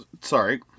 sorry